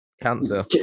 cancer